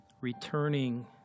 returning